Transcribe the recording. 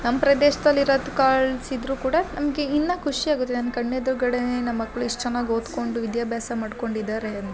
ನಮ್ಮ ಪ್ರದೇಶ್ದಲಿರೋದು ಕಳ್ಸಿದ್ರು ಕೂಡ ನಮಗೆ ಇನ್ನ ಖುಷಿ ಆಗುತ್ತಿದೆ ನನ್ನ ಕಣ್ಣ ಎದ್ರುಗಡೇನೆ ನಮ್ಮ ಮಕ್ಕಳು ಇಷ್ಟು ಚೆನ್ನಾಗಿ ಓದ್ಕೊಂಡು ವಿದ್ಯಾಭ್ಯಾಸ ಮಾಡ್ಕೊಂಡು ಇದ್ದಾರೆ ಅಂತ